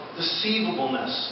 deceivableness